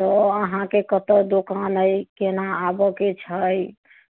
तऽ अहाँकेँ कतऽ दोकान अछि केना आबऽके छै